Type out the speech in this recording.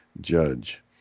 judge